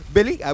Billy